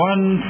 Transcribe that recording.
One